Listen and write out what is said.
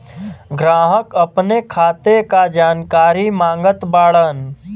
ग्राहक अपने खाते का जानकारी मागत बाणन?